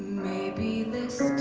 maybe this